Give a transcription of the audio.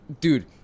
dude